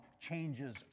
changes